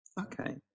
Okay